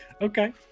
Okay